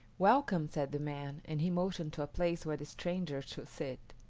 welcome, said the man, and he motioned to a place where the stranger should sit.